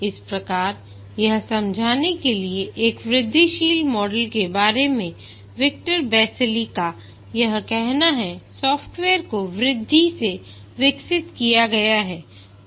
इस प्रकार यह समझाने के लिए कि एक वृद्धिशील मॉडल के बारे में विक्टर बेसिली का क्या कहना है सॉफ्टवेयर को वृद्धि में विकसित किया गया है